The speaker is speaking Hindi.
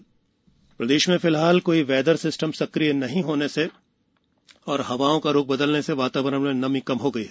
मौसम प्रदेश में फिलहाल कोई वेदर सिस्टम सक्रिय नहीं होने और हवाओं का रुख बदलने से वातावरण में नमी कम हो गई है